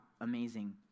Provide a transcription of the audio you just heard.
amazing